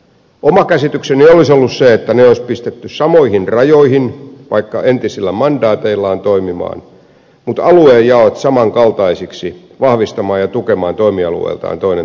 oma käsitykseni olisi ollut se että ne olisi pistetty samoihin rajoihin vaikka entisillä mandaateillaan toimimaan mutta aluejaot samankaltaisiksi vahvistamaan ja tukemaan toimialueiltaan toinen toistaan